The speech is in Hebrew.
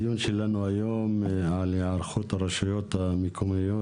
הדיון היום הוא על היערכות הרשויות המקומיות